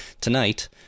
tonight